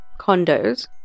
condos